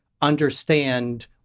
understand